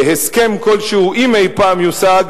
שהסכם כלשהו אם אי-פעם יושג,